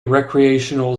recreational